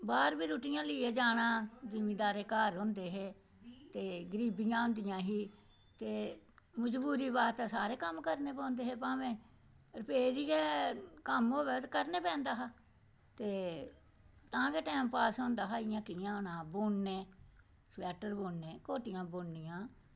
बाह्र गै रुट्टियां लेइयै जाना जमींदार घर होंदे हे गरीबियां होंदियां हियां ते मजबूरी बाज्झो सारे कम्म करना पौंदे हे भामें कनेह् बी कम्म होए करना पौंदा हा तां गै टैम पास होंदा हा इ'यां कि'यां होना हा स्वेटर बुनने कोटियां बुननियां